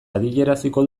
adieraziko